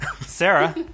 Sarah